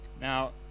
Now